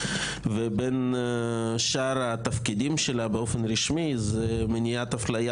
ובין שאר התפקידים שלה באופן רשמי זה מניעת אפליה